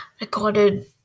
recorded